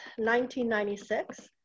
1996